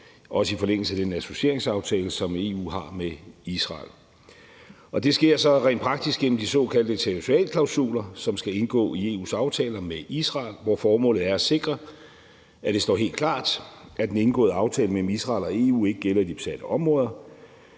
også i forlængelse af den associeringsaftale, som EU har med Israel. Det sker så rent praktisk gennem de såkaldte territorialklausuler, som skal indgå i EU's aftaler med Israel, hvor formålet er at sikre, at det står helt klart, at den indgåede aftale mellem Israel og EU ikke gælder i de besatte områder.